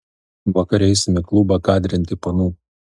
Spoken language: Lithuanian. vakare eisim į klubą kadrinti panų